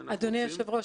אדוני היושב ראש,